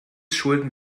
schulden